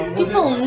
people